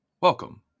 Welcome